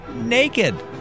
naked